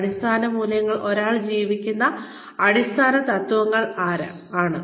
അടിസ്ഥാന മൂല്യങ്ങൾ ഒരാൾ ജീവിക്കുന്ന അടിസ്ഥാന തത്വങ്ങൾ ആണ്